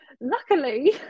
Luckily